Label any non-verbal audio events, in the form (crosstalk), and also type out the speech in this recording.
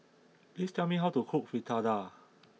please tell me how to cook Fritada (noise)